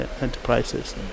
enterprises